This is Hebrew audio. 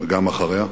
וגם אחריה,